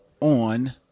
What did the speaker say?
on